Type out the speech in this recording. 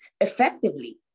effectively